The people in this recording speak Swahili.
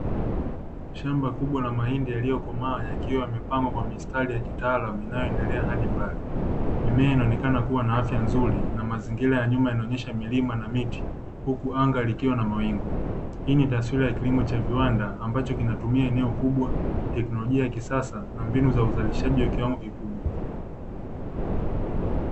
Shamba kubwa la mahindi yaliyokomaa yakiwa yamepangwa kwa mistari ya kitaalamu inayoendelea hadi mbali, mimea inaonekana kuwa na afya nzuri na mazingira ya nyuma yanaonyesha milima na miti huku anga likiwa na mawingu, hii ni taswira ya kilimo cha viwanda ambacho kinatumia eneo kubwa, teknolojia ya kisasa na mbinu za uzalishaji wa kiwango kikubwa.